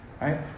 Right